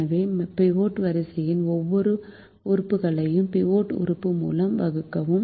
எனவே பிவோட் வரிசையின் ஒவ்வொரு உறுப்புகளையும் பிவோட் உறுப்பு மூலம் வகுக்கவும்